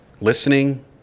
listening